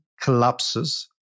collapses